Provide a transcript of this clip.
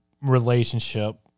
relationship